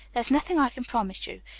there's nothing i can promise you.